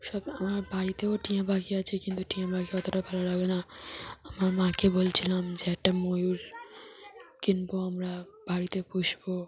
সব আমার বাড়িতেও টিয়া পাখি আছে কিন্তু টিয়া পাখি অতটা ভালো লাগে না আমার মাকে বলছিলাম যে একটা ময়ূর কিনব আমরা বাড়িতে পুষব